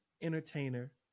entertainer